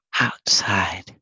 outside